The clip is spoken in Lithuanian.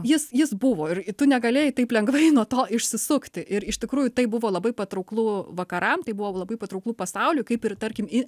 jis jis buvo ir tu negalėjai taip lengvai nuo to išsisukti ir iš tikrųjų tai buvo labai patrauklu vakaram tai buvo labai patrauklu pasauliui kaip ir tarkim į